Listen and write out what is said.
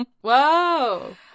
Whoa